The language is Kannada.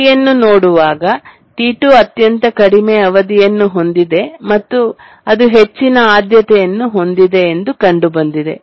ಅವಧಿಯನ್ನು ನೋಡುವಾಗ T2 ಅತ್ಯಂತ ಕಡಿಮೆ ಅವಧಿಯನ್ನು ಹೊಂದಿದೆ ಮತ್ತು ಅದು ಹೆಚ್ಚಿನ ಆದ್ಯತೆಯನ್ನು ಹೊಂದಿದೆ ಎಂದು ಕಂಡುಬಂದಿದೆ